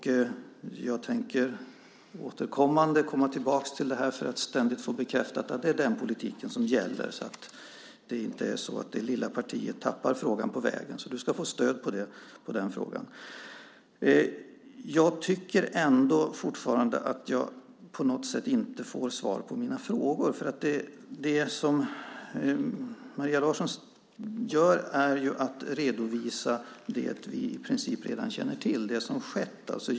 Jag tänker återkommande komma tillbaka till detta för att ständigt få bekräftat att det är den politiken som gäller, så att inte det lilla partiet tappar frågan på vägen. Så du ska få stöd i den frågan. Jag tycker fortfarande att jag inte har fått svar på mina frågor. Maria Larsson redovisar det som vi i princip redan känner till, alltså det som skett.